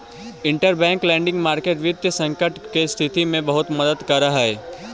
interbank lending market वित्तीय संकट के स्थिति में बहुत मदद करऽ हइ